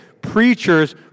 preachers